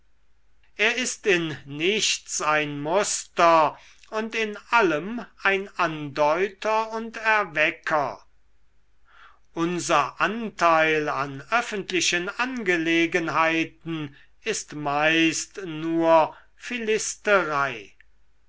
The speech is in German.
er ist in nichts ein muster und in allem ein andeuter und erwecker unser anteil an öffentlichen angelegenheiten ist meist nur